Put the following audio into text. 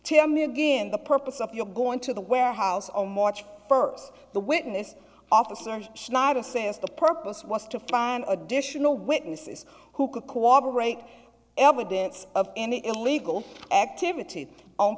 tell me again the purpose of your going to the warehouse on march first the witness officers should not assess the purpose was to find additional witnesses who could cooperate evidence of any illegal activity on